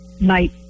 night